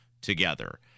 together